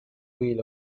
wheel